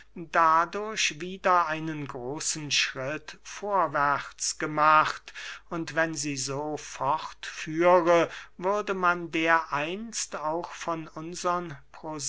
dadurch wieder einen großen schritt vorwärts gemacht und wenn sie so fortführe würde man dereinst auch von unsern